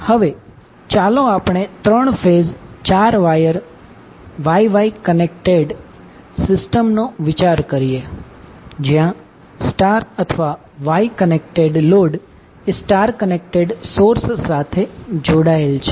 હવે ચાલો આપણે 3 phase 4 wire Y Y connect connected system નો વિચાર કરીએ જ્યાં સ્ટાર અથવા Y કનેક્ટેડ લોડ એ સ્ટાર કનેક્ટેડ સોર્સ સાથે જોડાયેલ છે